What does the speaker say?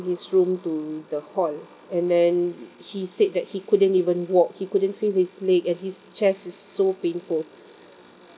his room to the hall and then he said that he couldn't even walk he couldn't feel his leg and his chest is so painful